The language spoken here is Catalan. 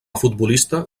futbolista